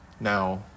Now